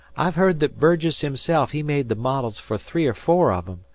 i've heard that burgess himself he made the models fer three or four of em.